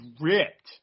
ripped